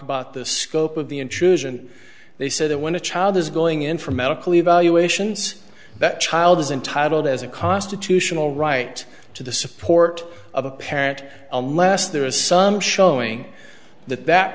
about the scope of the intrusion they said that when a child is going in for medical evaluations that child is entitled as a constitutional right to the support of a parent unless there is some showing that that